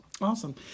Awesome